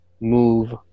move